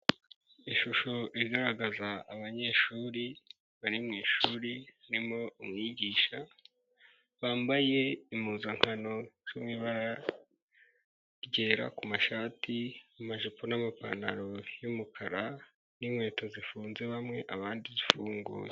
ishusho igaragaza abanyeshuri, bari mu ishuri, ririmo umwigisha bambaye impuzankano ryera ku mashati, amajipo n'amapantaro y'umukara n'inkweto zifunze bamwe, abandi zifunguye